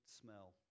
smell